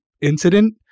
incident